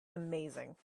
amazing